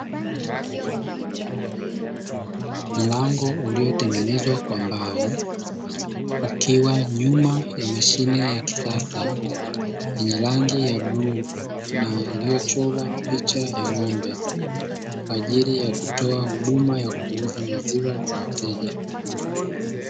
Mlango uliotengenezwa kwa mbao ukiwa nyuma ya mashine ya kisasa yenye rangi ya bluu, na iliyochorwa picha ya ng'ombe kwa ajili ya kutoa huduma ya kuuza maziwa kwa wateja.